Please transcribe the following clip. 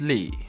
Lee